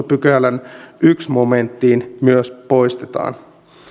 pykälän ensimmäiseen momenttiin myös poistetaan